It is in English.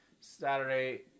Saturday